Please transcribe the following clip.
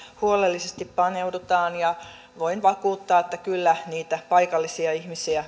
huolellisesti paneudutaan ja voin vakuuttaa että kyllä niitä paikallisia ihmisiä